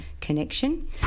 connection